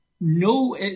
no